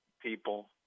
people